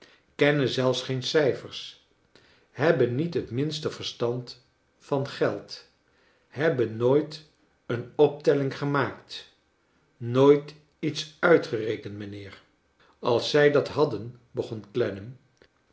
zelfs geen cijfers hebben niet het minste verstand van geld hebben nooit een optelling gemaakt nooit iets uitgerekend mijnheer als zij dat hadden begon